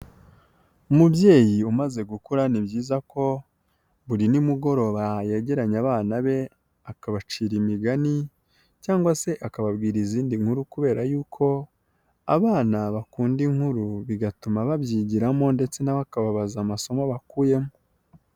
Umubyeyi umaze gukura ni byiza ko buri nimugoroba yegeranye abana be akabacira imigani cyangwa se akababwira izindi nkuru kubera yuko abana bakunda inkuru, bigatuma babyigiramo ndetse na we akababaza amasomo bakuyemo.